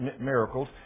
miracles